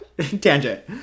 tangent